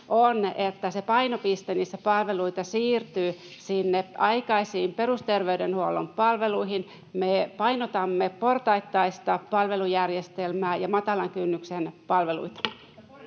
on, että painopiste niissä palveluissa siirtyy aikaisiin perusterveydenhuollon palveluihin. Me painotamme portaittaista palvelujärjestelmää ja matalan kynnyksen palveluita.